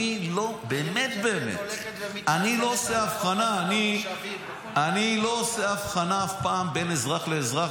אני באמת באמת לא עושה הבחנה אף פעם בין אזרח לאזרח